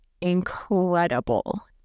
incredible